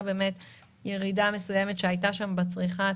בשל ירידה מסוימת שהייתה שם בצריכה הציבורית.